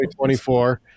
2024